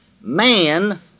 man